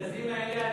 המרכזים האלה,